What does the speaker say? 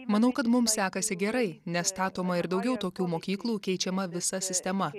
manau kad mums sekasi gerai nes statoma ir daugiau tokių mokyklų keičiama visa sistema